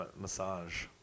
Massage